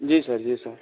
जी sir जी sir